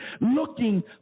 looking